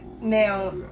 Now